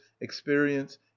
experience